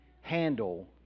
handle